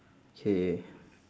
K